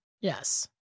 Yes